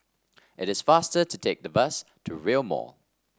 it is faster to take the bus to Rail Mall